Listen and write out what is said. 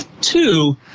Two